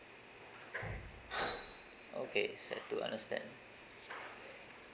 okay sec two understand